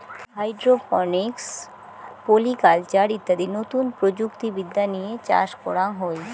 hydroponics, poly culture ইত্যাদি নতুন প্রযুক্তি বিদ্যা দিয়ে চাষ করাঙ হই